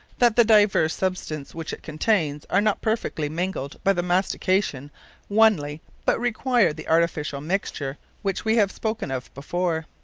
that the divers substances which it containes are not perfectly mingled by the mastication onely, but require the artificiall mixture, which we have spoken of before.